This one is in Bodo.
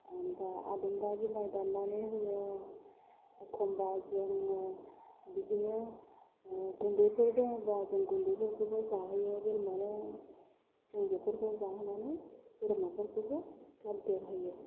ओमफ्राय आदुमब्रा बिलाइ दाननानै होयो एखमबा जोङो बिदिनो गुन्दैफोर दङब्ला जों गुन्दैफोरखौबो जाहोयो बोरमानो जों बेफोरखौबो जाहोनानै बोरमाफोरखौबो थाब देरहोयो